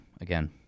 again